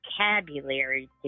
vocabulary